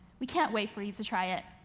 we can't wait for you to try it.